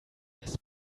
des